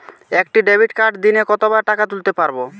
একটি ডেবিটকার্ড দিনে কতবার টাকা তুলতে পারব?